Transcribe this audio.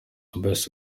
best